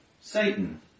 Satan